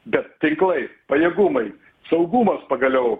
bet tinklai pajėgumai saugumas pagaliau